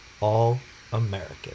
All-American